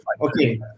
okay